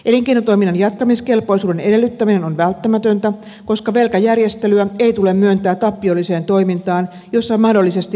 elinkeinotoiminnan jatkamiskelpoisuuden edellyttäminen on välttämätöntä koska velkajärjestelyä ei tule myöntää tappiolliseen toimintaan jossa mahdollisesti velkaannutaan lisää